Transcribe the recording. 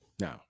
Now